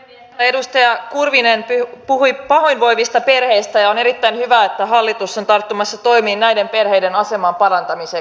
täällä edustaja kurvinen puhui pahoinvoivista perheistä ja on erittäin hyvä että hallitus on tarttumassa toimiin näiden perheiden aseman parantamiseksi